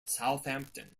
southampton